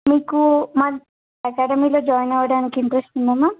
మీకు మాది ఎక్యాడమీలో జాయిన్ అవ్వడానికి ఇంట్రెస్ట్ ఉందా మ్యామ్